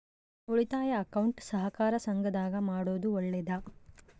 ಉಳಿತಾಯ ಅಕೌಂಟ್ ಸಹಕಾರ ಸಂಘದಾಗ ಮಾಡೋದು ಒಳ್ಳೇದಾ?